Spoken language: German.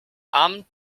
amt